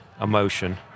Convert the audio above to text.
emotion